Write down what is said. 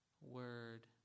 word